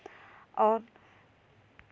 और